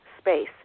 space